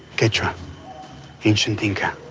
quechua ancient inca.